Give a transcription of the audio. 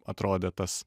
atrodė tas